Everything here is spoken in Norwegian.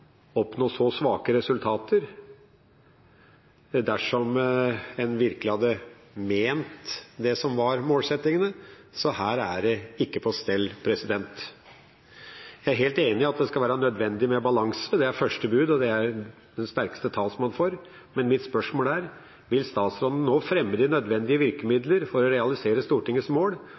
oppnå så svake resultater dersom en virkelig hadde ment det som var målsettingene, så her er det ikke på stell. Jeg er helt enig i at det skal være nødvendig med balanse, det er første bud, og det er jeg den sterkeste talsmann for, men mitt spørsmål er: Vil statsråden nå fremme de nødvendige virkemidler for å realisere Stortingets mål